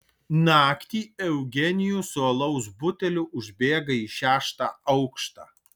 naktį eugenijus su alaus buteliu užbėga į šeštą aukštą